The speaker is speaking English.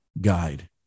guide